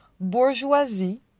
bourgeoisie